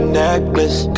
necklace